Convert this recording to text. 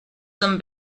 some